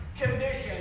condition